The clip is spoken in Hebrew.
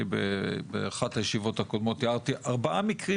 באחת הישיבות הקודמות תיארתי 4 מקרים